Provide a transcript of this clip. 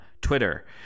Twitter